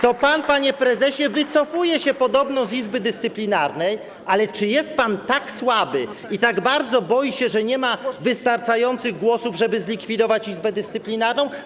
To pan, panie prezesie, wycofuje się podobno z Izby Dyscyplinarnej, ale czy jest pan tak słaby i tak bardzo boi się, że nie ma wystarczających głosów, żeby zlikwidować Izbę Dyscyplinarną?